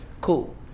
Cool